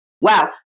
wow